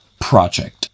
project